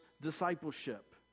discipleship